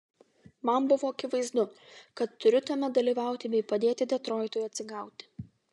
man buvo akivaizdu kad turiu tame dalyvauti bei padėti detroitui atsigauti